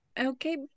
Okay